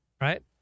right